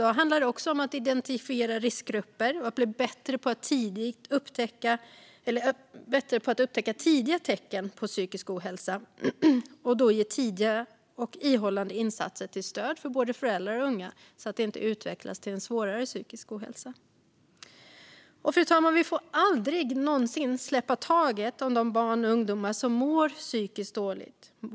Det handlar också om att identifiera riskgrupper och om att bli bättre på att upptäcka tidiga tecken på psykisk ohälsa och då ge tidiga och ihållande insatser till stöd för föräldrar och unga, så att det inte utvecklas till svårare psykisk ohälsa. Fru talman! Vi får aldrig någonsin släppa taget om de barn och ungdomar som mår psykiskt dåligt.